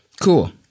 Cool